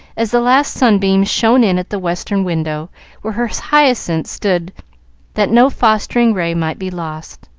as the last sunbeams shone in at the western window where her hyacinths stood that no fostering ray might be lost.